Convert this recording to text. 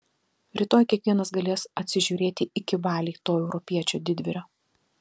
rytoj kiekvienas galės atsižiūrėti iki valiai to europiečio didvyrio